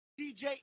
DJ